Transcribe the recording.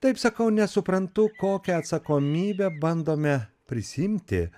taip sakau nes suprantu kokią atsakomybę bandome prisiimti